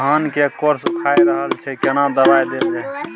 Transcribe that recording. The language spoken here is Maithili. धान के कॉर सुइख रहल छैय केना दवाई देल जाऊ?